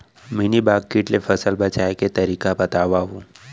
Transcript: Mealybug किट ले फसल बचाए के तरीका बतावव?